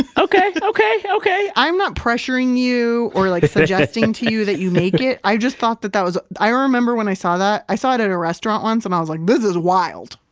and okay. okay. okay i'm not pressuring you or like suggesting to you that you make it. i just thought that that was, i remember when i saw that, i saw it at a restaurant once and um i was like, this is wild.